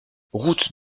route